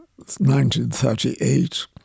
1938